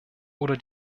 oder